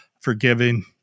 forgiving